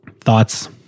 thoughts